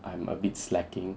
I'm a bit slacking